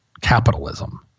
capitalism